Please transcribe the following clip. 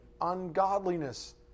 ungodliness